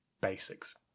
basics